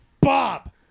Bob